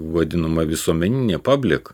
vadinama visuomeninė pablik